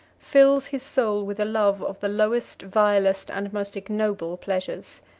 fills his soul with a love of the lowest, vilest, and most ignoble pleasures.